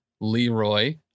Leroy